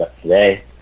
today